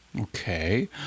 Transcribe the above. Okay